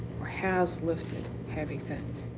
or has lifted heavy things.